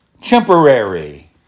temporary